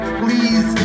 please